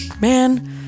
man